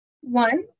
One